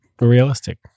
realistic